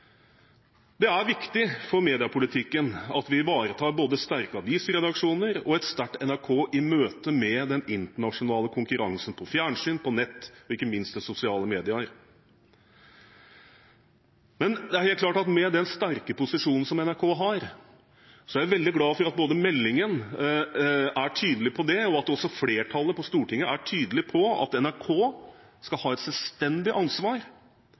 Det er viktig for mediepolitikken at vi ivaretar både sterke avisredaksjoner og et sterkt NRK i møte med den internasjonale konkurransen på fjernsyn, på nett og ikke minst på sosiale medier. Men med den sterke posisjonen som NRK har, er jeg veldig glad for at meldingen og også flertallet på Stortinget er tydelig på at NRK skal ha et selvstendig ansvar